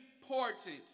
important